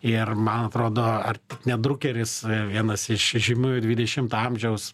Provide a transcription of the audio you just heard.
ir man atrodo ar tik ne drukeris vienas iš iš žymiųjų dvidešimto amžiaus